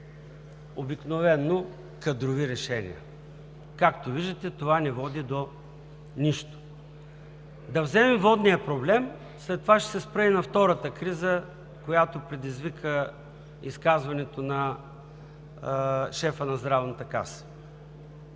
обикновено с кадрови решения. Както виждате, това не води до нищо. Да вземем водния проблем, след това ще се спра и на втората криза, която предизвика изказването на шефа на Здравната каса.